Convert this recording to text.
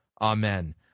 Amen